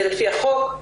זה לפי החוק,